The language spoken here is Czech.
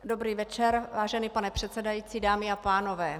Dobrý večer, vážený pane předsedající, dámy a pánové.